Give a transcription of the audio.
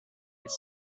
les